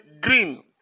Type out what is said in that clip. green